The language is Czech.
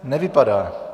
Nevypadá.